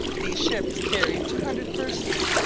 these ships carried two hundred persons,